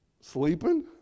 Sleeping